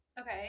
Okay